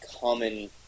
common